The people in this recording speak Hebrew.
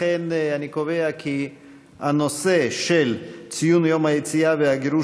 לכן אני קובע שהנושא של ציון יום היציאה והגירוש